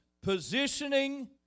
positioning